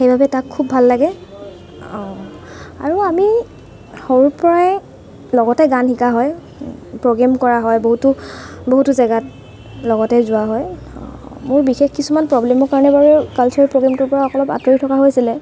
সেইবাবে তাক খুব ভাল লাগে আৰু আমি সৰুৰপৰাই লগতে গান শিকা হয় প্ৰগ্ৰেম কৰা হয় বহুতো বহুতো জেগাত লগতে যোৱা হয় মোৰ বিশেষ কিছুমান প্ৰব্লেমৰ কাৰণে বাৰু কালচাৰেল প্ৰগ্ৰেমটোৰপৰা অলপ আঁতৰি থকা হৈছিলে